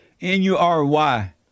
N-U-R-Y